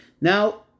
now